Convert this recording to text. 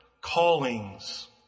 callings